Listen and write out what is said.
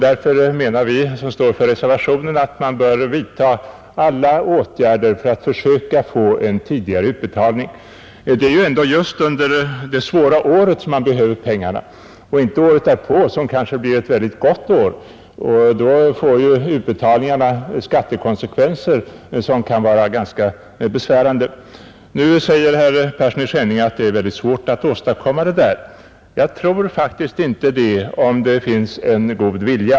Därför menar vi som står för reservationen att man bör vidta alla åtgärder för att försöka få en tidigare utbetalning. Det är ju ändå just under det svåra året som man behöver pengarna och inte året därpå, som kanske blir ett väldigt gott år. Då får ju utbetalningarna också skattekonsekvenser som kan vara ganska besvärande. Herr Persson i Skänninge säger att det är väldigt svårt att åstadkomma detta. Men jag tror faktiskt inte att det är det, om det finns en god vilja.